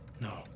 No